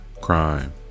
crime